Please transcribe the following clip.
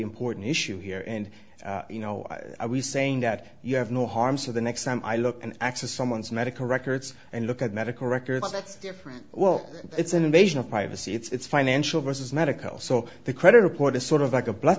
important issue here and you know i was saying that you have no harm so the next time i look and access someone's medical records and look at medical records that's different well it's an invasion of privacy it's financial versus medical so the credit report is sort of like a blood